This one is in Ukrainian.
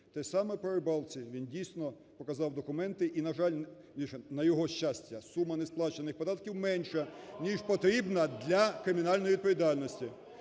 Те ж саме по Рибалці: він, дійсно, показав документи. І, на жаль, вірніше, на його щастя, сума несплачених податків менша, ніж потрібно для кримінальної відповідальності.